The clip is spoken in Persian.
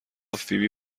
فیبی